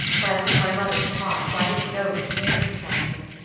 but i took my mother's part, for i didn't know the true circumstances.